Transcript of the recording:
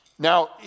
Now